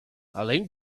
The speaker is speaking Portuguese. além